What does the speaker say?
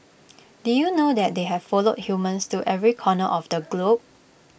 did you know that they have followed humans to every corner of the globe